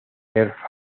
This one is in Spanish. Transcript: earth